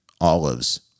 olives